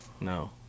no